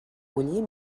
bullir